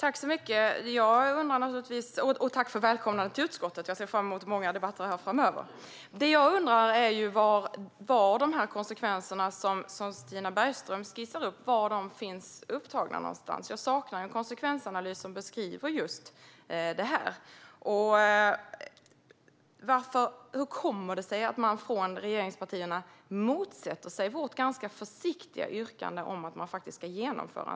Fru talman! Tack för välkomnandet till utskottet! Jag ser fram emot många debatter framöver. Vad jag undrar är var de konsekvenser som Stina Bergström skissar upp finns upptagna. Jag saknar en konsekvensanalys som beskriver just detta. Hur kommer det sig att regeringspartierna motsätter sig vårt ganska försiktiga yrkande om att en konsekvensanalys ska genomföras?